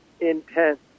intense